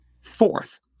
Fourth